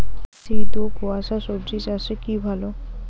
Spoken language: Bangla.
শীত ও কুয়াশা স্বজি চাষে কি ভালো?